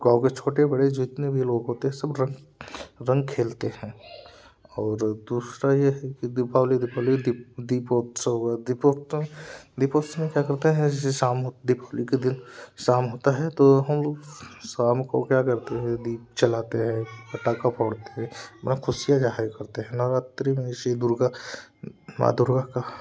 गाँव के छोटे बड़े जितने भी लोग होते है सब रं रंग खेलते हैं और दूसरा ये है कि दीपावली के पहले दीप दीपोत्सव हो गया दीपोत्तम दीपोत्सव में क्या करते हैं जैसे शाम दीप शाम होता है तो हम लोग शाम को क्या करते हैं दीप जलाते है पटाखा फोड़ते हैं बना खुशियाँ जाहिर करते हैं नवरात्री में जैसे कि दुर्गा माँ दुर्गा का